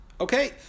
Okay